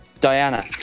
Diana